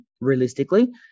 realistically